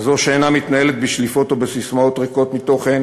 כזאת שאינה מתנהלת בשליפות או בססמאות ריקות מתוכן